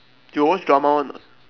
you got watch drama one or not